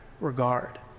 regard